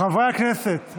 חברי הכנסת,